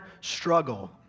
struggle